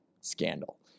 scandal